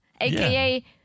aka